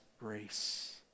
grace